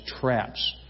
traps